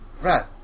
Right